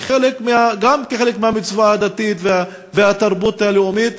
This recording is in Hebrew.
גם כחלק מהמצווה הדתית והתרבות הלאומית,